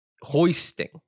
Hoisting